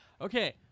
Okay